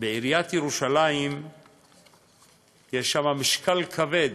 בעיריית ירושלים יש משקל כבד